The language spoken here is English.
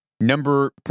number